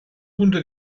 punto